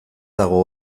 dago